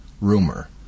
rumor